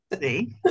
See